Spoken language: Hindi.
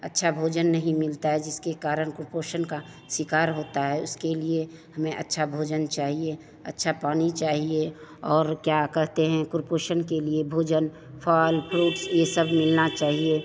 अच्छा भोजन नहीं मिलता है जिसके कारण कुपोषण का शिकार होता है उसके लिए हमें अच्छा भोजन चाहिए अच्छा पानी चाहिए और क्या कहते हैं कुपोषण के लिए भोजन फल फ्रूट्स यह सब मिलना चाहिए